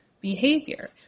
behavior